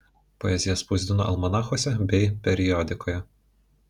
poeziją spausdino almanachuose bei periodikoje